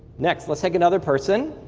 next, we'll take another person.